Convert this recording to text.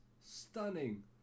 stunning